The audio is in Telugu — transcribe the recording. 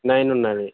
నైన్ ఉంది